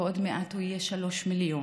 ועוד מעט הוא יהיה 3 מיליון.